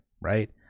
Right